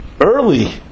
early